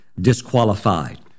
disqualified